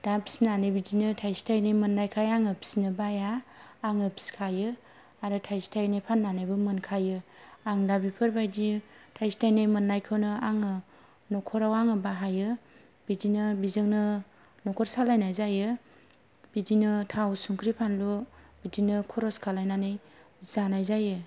दा फिनानै बिदिनो थाइसे थायनै मोन्नायखाय आङो फिनो बाया आङो फिखायो आरो थाइसे थायनै फान्नानैबो मोनखायो आंना बेफोरबायदि थाइसे थायनै मोन्नायखौनो आङो नखराव आङो बाहायो बिदिनो बेजोंनो न'खर सालायनाय जायो बिदिनो थाव संख्रि फानलु बिदिनो खरस खालायनानै जानाय जायो